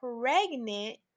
pregnant